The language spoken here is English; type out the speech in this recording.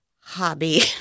hobby